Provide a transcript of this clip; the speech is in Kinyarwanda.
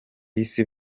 isi